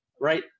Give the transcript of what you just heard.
right